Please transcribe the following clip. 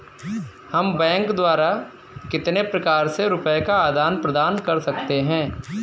हम बैंक द्वारा कितने प्रकार से रुपये का आदान प्रदान कर सकते हैं?